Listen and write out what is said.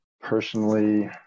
personally